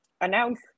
announce